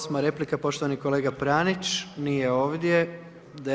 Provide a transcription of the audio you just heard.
Osma replika, poštovani kolega Pranić, nije ovdje.